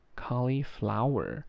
cauliflower